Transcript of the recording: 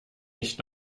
ich